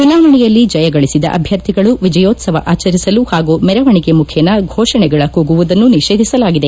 ಚುನಾವಣೆಯಲ್ಲಿ ಜಯಗಳಿಸಿದ ಅಭ್ಯರ್ಥಿಗಳು ವಿಜಯೋತ್ಸವ ಆಚರಿಸಲು ಹಾಗೂ ಮೆರವಣಿಗೆ ಮುಖೇನ ಫೋಷಣೆಗಳ ಕೂಗುವುದನ್ನು ನಿಷೇಧಿಸಲಾಗಿದೆ